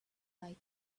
like